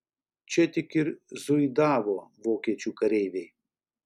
čia tik ir zuidavo vokiečių kareiviai